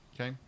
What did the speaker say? Okay